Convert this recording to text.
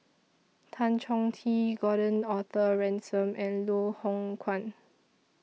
Tan Chong Tee Gordon Arthur Ransome and Loh Hoong Kwan